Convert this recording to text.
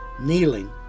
Kneeling